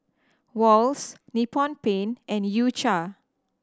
Wall's Nippon Paint and U Cha